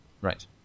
Right